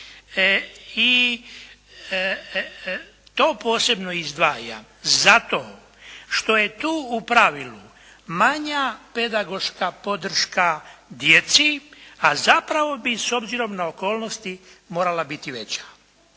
i to posebno izdvajam zato što je tu u pravilu manja pedagoška podrška djeci, a zapravo bi, s obzirom na okolnosti, morala biti veća.